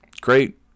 great